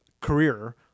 career